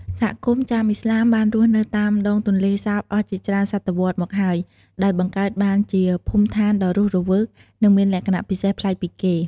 សហគមន៍ចាមឥស្លាមបានរស់នៅតាមដងទន្លេសាបអស់ជាច្រើនសតវត្សរ៍មកហើយ ដោយបង្កើតបានជាភូមិឋានដ៏រស់រវើក និងមានលក្ខណៈពិសេសប្លែកពីគេ។